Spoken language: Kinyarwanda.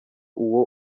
uwo